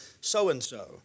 so-and-so